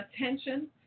attention